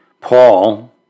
Paul